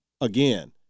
again